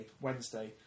Wednesday